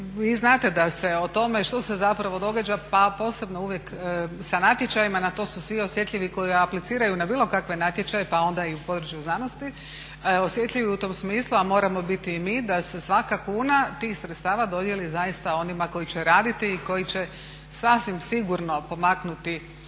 vi znate da se o tome što se zapravo događa pa posebno uvijek sa natječajima na to su svi osjetljivi koji apliciraju na bilo kakve natječaje pa onda i u području znanosti osjetljivi u tom smislu, a moramo biti i mi, da se svaka kuna tih sredstava dodijeli zaista onima koji će raditi i koji će sasvim sigurno pomaknuti